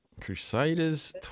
Crusaders